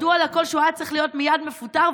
הרי ידוע לכול שהוא היה צריך להיות מפוטר מייד